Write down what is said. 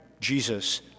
Jesus